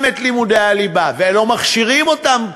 את לימודי הליבה ולא מכשירים אותם,